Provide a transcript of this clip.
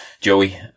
Joey